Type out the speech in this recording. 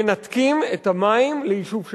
מנתקים את המים ליישוב שלם.